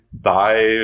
die